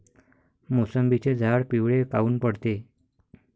मोसंबीचे झाडं पिवळे काऊन पडते?